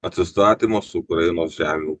atsistatymo su ukrainos žemių